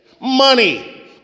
Money